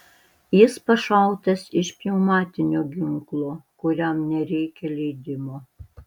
jis pašautas iš pneumatinio ginklo kuriam nereikia leidimo